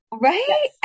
Right